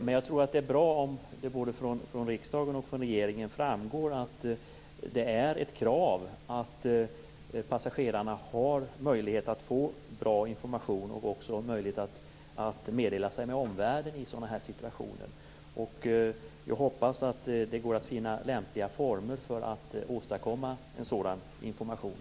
Men jag tror att det är bra om det framgår både från riksdagen och regeringen att det är ett krav att passagerarna har möjlighet att få bra information och dessutom har möjlighet att meddela sig med omvärlden i sådana här situationer. Jag hoppas att det går att finna lämpliga former för att åstadkomma en sådan information.